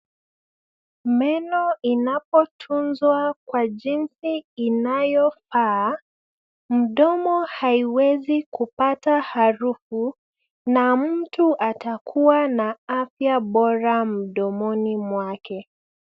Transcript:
Meno inapotunzwa kwa jinsi inayofaa, mdomo haiwezi kupata harufu na mtu atakuwa na afya bora mdomoni mwake.